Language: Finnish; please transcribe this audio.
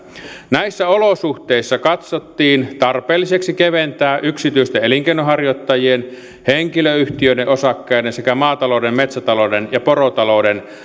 näissä olosuhteissa katsottiin tarpeelliseksi keventää yksityisten elinkeinonharjoittajien henkilöyhtiöiden osakkaiden sekä maatalouden metsätalouden ja porotalouden